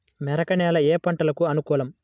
మెరక నేల ఏ పంటకు అనుకూలం?